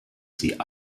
sie